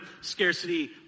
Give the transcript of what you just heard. scarcity